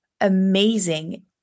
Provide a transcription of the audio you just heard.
amazing